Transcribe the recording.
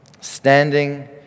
standing